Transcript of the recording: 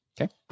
Okay